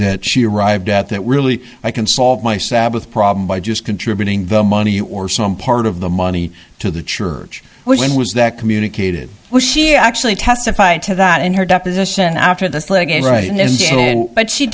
that she arrived at that really i can solve my sabbath problem by just contributing the money or some part of the money to the church when was that communicated was she actually testified to that in her deposition after the